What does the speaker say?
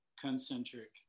concentric